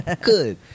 good